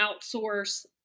outsource